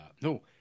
no